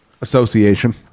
association